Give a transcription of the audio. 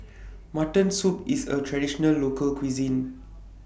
Mutton Soup IS A Traditional Local Cuisine